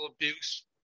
abuse